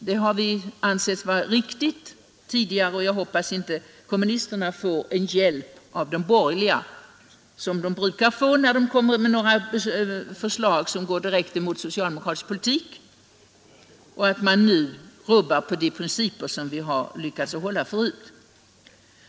Det har vi ansett vara riktigt tidigare, och jag hoppas att inte kommunisterna får hjälp av de borgerliga, som de brukar få när de kommer med några förslag som går direkt emot socialdemokratisk politik, så att man nu rubbar de principer vi har lyckats hävda förut.